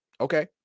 Okay